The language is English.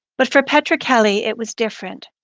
but for petra kelly, it was different.